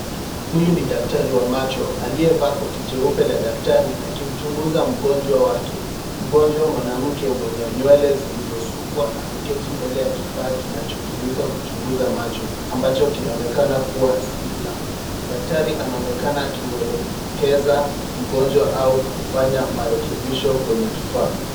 Huyu ni daktari wa macho aliyevaa koti jeupe la daktari akimchunguza mgonjwa wake. Mgonjwa mwanamke mwenye nywele zilizosukwa ameketi mbele ya kifaa kinachotumika kuchunguza macho ambacho kinaonekana kuwa cylitilam . Daktari anaonekana akimwelekeza mgonjwa au kufanya marekebisho kwenye kifaa.